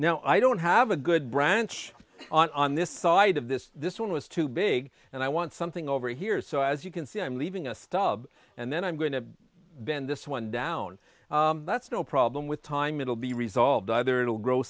now i don't have a good branch on this side of this this one was too big and i want something over here so as you can see i'm leaving a stub and then i'm going to bend this one down that's no problem with time it'll be resolved either it'll grow